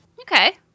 Okay